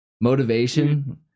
Motivation